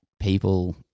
people